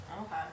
Okay